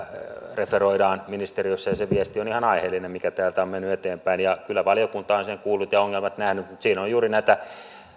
referoidaan ministeriössä ja se viesti on ihan aiheellinen mikä täältä on mennyt eteenpäin ja kyllä valiokunta on on sen kuullut ja ongelmat nähnyt mutta siinä on juuri näitä